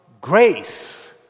grace